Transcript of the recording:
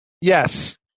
Yes